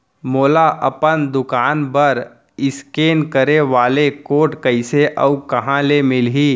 मोला अपन दुकान बर इसकेन करे वाले कोड कइसे अऊ कहाँ ले मिलही?